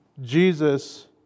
Jesus